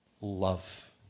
love